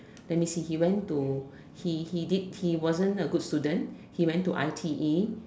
let me see he went to he he did he wasn't a good student he went to I_T_E